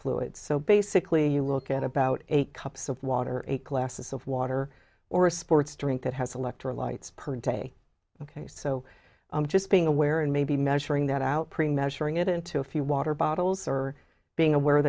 fluids so basically you look at about eight cups of water eight glasses of water or a sports drink that has electrolytes per day ok so i'm just being aware and maybe measuring that out pre measured it into a few water bottles or being aware